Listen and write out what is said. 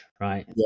right